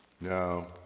No